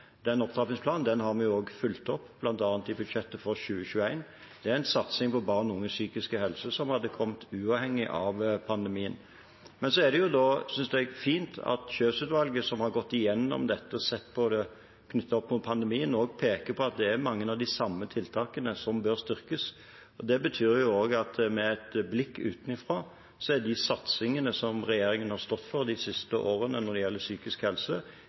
Den opptrappingsplanen har vi også fulgt opp, bl.a. i budsjettet for 2021. Det er en satsing på barn og unges psykiske helse som hadde kommet – uavhengig av pandemien. Jeg synes det er fint at Kjøs-utvalget, som har gått igjennom dette og sett på det knyttet til pandemien, peker på at det er mange av de samme tiltakene som bør styrkes. Det betyr også at med et blikk utenfra er de satsingene som regjeringen har stått for de siste årene når det gjelder psykisk helse,